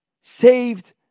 saved